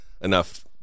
enough